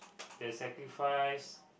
the sacrifice